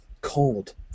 cold